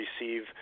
receive